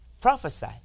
prophesy